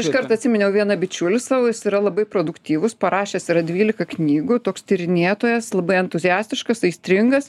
iškart atsiminiau vieną bičiulį savo yra labai produktyvus parašęs yra dvylika knygų toks tyrinėtojas labai entuziastiškas aistringas